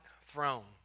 throne